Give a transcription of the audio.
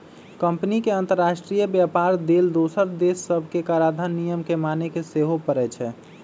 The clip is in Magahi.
कंपनी के अंतरराष्ट्रीय व्यापार लेल दोसर देश सभके कराधान नियम के माने के सेहो परै छै